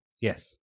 Yes